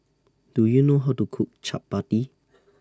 Do YOU know How to Cook Chappati